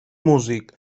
músic